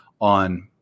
on